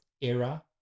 era